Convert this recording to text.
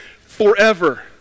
forever